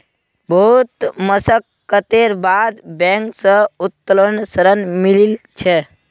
बहुत मशक्कतेर बाद बैंक स उत्तोलन ऋण मिलील छ